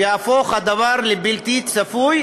והדבר יהפוך לבלתי צפוי,